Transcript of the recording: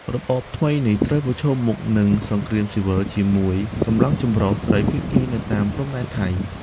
របបថ្មីនេះត្រូវប្រឈមមុខនឹងសង្គ្រាមស៊ីវិលជាមួយកម្លាំងចម្រុះត្រីភាគីនៅតាមព្រំដែនថៃ។